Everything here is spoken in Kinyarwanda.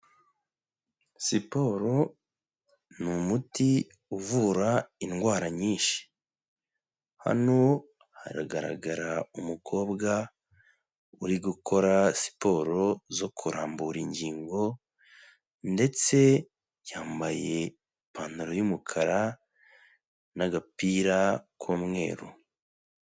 Siporo ni umuti uvura indwara nyinshi, hano haragaragara umukobwa uri gukora siporo zo kurambura ingingo ndetse yambaye ipantaro y'umukara n'agapira k'umweru.